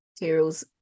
Materials